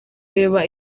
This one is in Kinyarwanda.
reba